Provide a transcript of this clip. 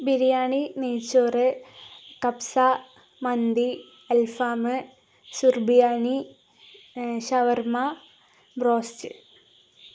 ബിരിയാണി നെയ്ച്ചോറ് കപ്സ മന്തി അൽഫാം സുർബിയാണി ഷവർമ്മ ബ്രോസ്റ്റ്